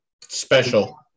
special